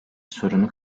sorunu